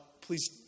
please